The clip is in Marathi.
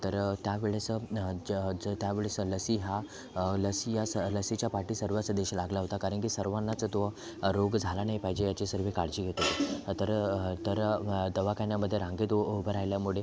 तरं त्यावेळेस जं जं त्यावेळेस लसी ह्या लसी ह्या लसीच्या पाठी सर्वच देश लागला होता कारण की सर्वांनाच तो रोग झाला नाही पाहीजे याची सर्व काळजी घेत होते तर दवाखान्यामध्ये रांगेत उ उभं राहिल्यामुळे